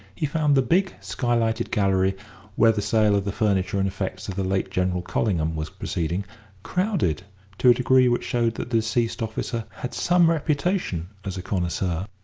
he found the big, skylighted gallery where the sale of the furniture and effects of the late general collingham was proceeding crowded to a degree which showed that the deceased officer had some reputation as a connoisseur.